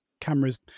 cameras